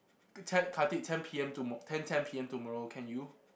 Khatib ten P_M tomo~ ten ten P_M tomorrow can you